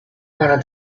wanna